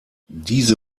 diese